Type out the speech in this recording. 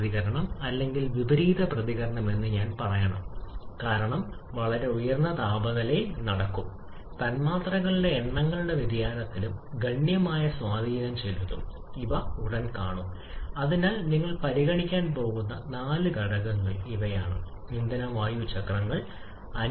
അതിനാൽ അല്ലെങ്കിൽ ഇത് ലളിതമാക്കാൻ നമ്മൾ ഇരുവശത്തും ഒരു ലോഗ് എടുക്കുന്നു ഇപ്പോൾ നമ്മൾ ഇരുവശത്തെയും വേർതിരിക്കുന്നു തുടർന്ന് നിങ്ങൾ നേടാൻ പോകുന്നത് ഈ ഭാഗത്ത് വേരിയബിൾ സിവി എന്ന പദം R ഉം r ഉം സ്ഥിരാങ്കങ്ങളായതിനാൽ മാത്രമാണ്